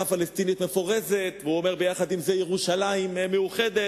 פלסטינית מפורזת והוא אומר עם זה ירושלים מאוחדת,